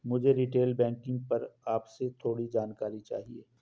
मुझे retail banking पर आपसे थोड़ी जानकारी चाहिए